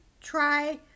try